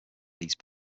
these